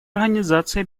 организации